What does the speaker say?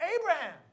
Abraham